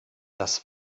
das